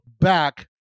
back